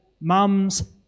mums